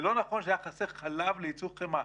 זה לא נכון שהיה חסר חלב לייצור חמאה.